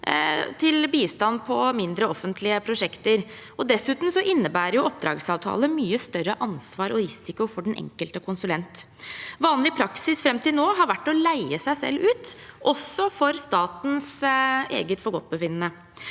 til bistand på mindre offentlige prosjekter. Dessuten innebærer oppdragsavtaler mye større ansvar og risiko for den enkelte konsulent. Vanlig praksis fram til nå har vært å leie seg selv ut, også etter statens eget forgodtbefinnende.